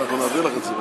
אנחנו נעביר לך את זה.